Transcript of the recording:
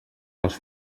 les